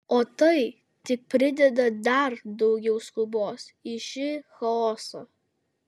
o tai tik prideda dar daugiau skubos į šį chaosą